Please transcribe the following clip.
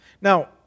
Now